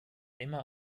immer